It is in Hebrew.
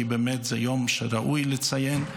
כי באמת זה יום שראוי לציין.